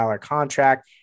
contract